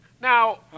Now